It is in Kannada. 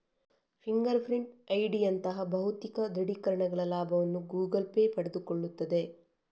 ಫಿಂಗರ್ ಪ್ರಿಂಟ್ ಐಡಿಯಂತಹ ಭೌತಿಕ ದೃಢೀಕರಣಗಳ ಲಾಭವನ್ನು ಗೂಗಲ್ ಪೇ ಪಡೆದುಕೊಳ್ಳುತ್ತದೆ